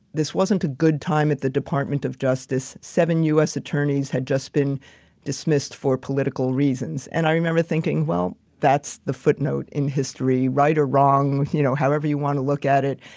this wasn't a good time at the department of justice. seven us attorneys had just been dismissed for political reasons. and i remember thinking, well, that's the footnote in history right or wrong with you know, however you want to look at it.